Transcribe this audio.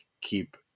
keep